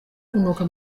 kunuka